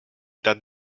that